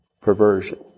perversion